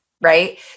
Right